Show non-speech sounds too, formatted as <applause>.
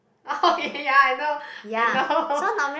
oh <laughs> okay ya I know I know